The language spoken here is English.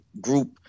group